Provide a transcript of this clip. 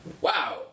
Wow